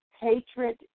hatred